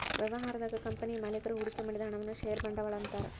ವ್ಯವಹಾರದಾಗ ಕಂಪನಿಯ ಮಾಲೇಕರು ಹೂಡಿಕೆ ಮಾಡಿದ ಹಣವನ್ನ ಷೇರ ಬಂಡವಾಳ ಅಂತಾರ